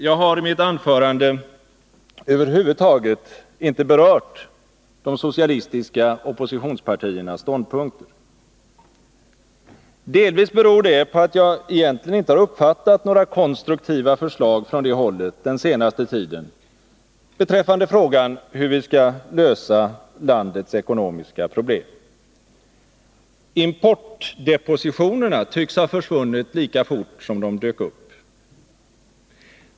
Jag har i mitt anförande över huvud taget inte berört de socialistiska oppositionspartiernas ståndpunkter. Delvis beror det på att jag egentligen inte har uppfattat några konstruktiva förslag från det hållet den senaste tiden beträffande frågan hur vi skall lösa landets ekonomiska problem. Importdepositionerna tycks ha försvunnit lika fort som de dök upp.